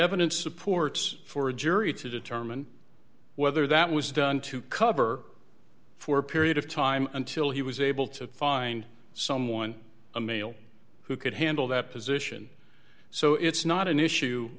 evidence supports for a jury to determine whether that was done to cover for a period of time until he was able to find someone a male who could handle that position so it's not an issue